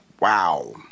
Wow